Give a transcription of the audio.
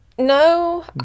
No